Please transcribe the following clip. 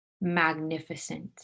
magnificent